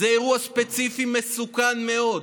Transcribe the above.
זה אירוע ספציפי מסוכן מאוד.